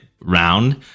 round